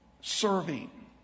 serving